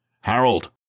Harold